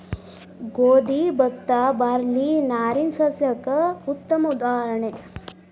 ಗೋದಿ ಬತ್ತಾ ಬಾರ್ಲಿ ನಾರಿನ ಸಸ್ಯಕ್ಕೆ ಉತ್ತಮ ಉದಾಹರಣೆ